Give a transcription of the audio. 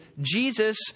Jesus